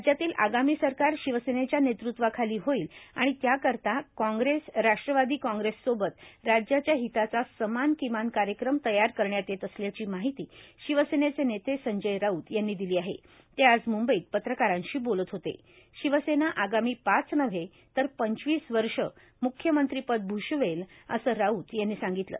राज्यातील आगामी सरकार शिवसेनेच्या नेतृत्त्वाखाली होईल आणि त्या करता काँग्रेसए राष्ट्रवादी काँग्रेस सोबत राज्याच्या हिताचा समान किमान कार्यक्रम तयार करण्यात येत असल्याची माहिती शिवसेनेचे नेते संजय राऊत यांनी दिली आहेण ते आज मंबईत पत्रकारांशी बोलत होतेण शिवसेना आगामी पाच नव्हे तर पंचवीस वर्षे म्ख्यमंत्रीपद भूषवेलए असं राऊत यांनी सांगितलं